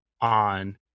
on